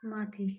माथि